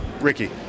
Ricky